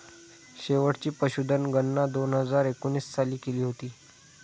शेवटची पशुधन गणना दोन हजार एकोणीस साली केली होती